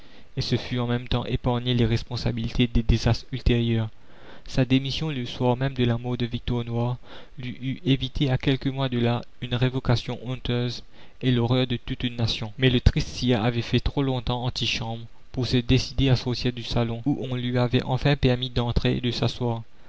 et se fût en même temps épargné les responsabilités des désastres ultérieurs sa démission le soir même de la mort de victor noir lui eût évité à quelques mois de là une révocation honteuse et l'horreur de toute une nation mais le triste sire avait fait trop longtemps antichambre pour se décider à sortir du salon où on lui avait enfin permis d'entrer et de s'asseoir